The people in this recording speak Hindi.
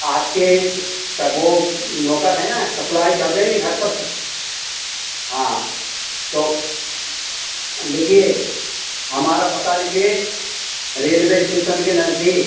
आपके इस कगो नौकर है ना सप्लाई कर देंगे घर पर हाँ तो लिखिए हमारा पता लिखिए रेलवे इस्टेसन के नज़दीक